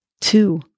two